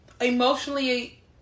emotionally